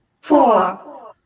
Four